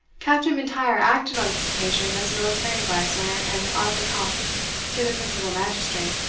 captain m'intyre acted on this occasion as military adviser and aide-de-camp to the principal magistrate,